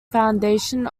foundation